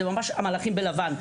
זה ממש המלאכים בלבן.